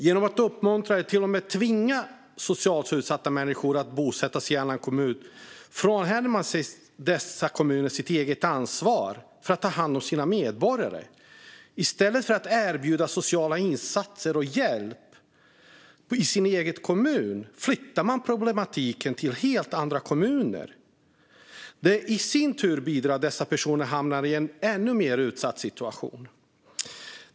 Genom att uppmuntra, eller till och med tvinga, socialt utsatta människor att bosätta sig i en annan kommun avhänder sig dessa kommuner sitt eget ansvar att ta hand om sina medborgare. I stället för att erbjuda sociala insatser och hjälp i den egna kommunen flyttar man problematiken till helt andra kommuner. Det i sin tur bidrar till att dessa personer hamnar i en ännu mer utsatt situation.